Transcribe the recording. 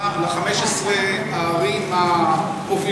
לרשימה של 15 הערים המובילות?